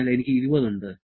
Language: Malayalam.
അതിനാൽ എനിക്ക് 20 ഉണ്ട്